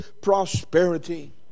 prosperity